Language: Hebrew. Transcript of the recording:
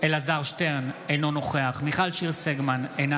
אלעזר שטרן, אינו נוכח מיכל שיר סגמן, אינה